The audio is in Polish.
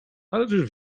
należy